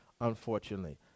unfortunately